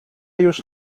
już